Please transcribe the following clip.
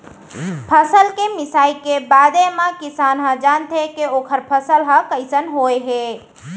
फसल के मिसाई के बादे म किसान ह जानथे के ओखर फसल ह कइसन होय हे